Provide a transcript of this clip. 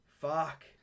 Fuck